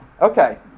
Okay